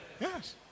yes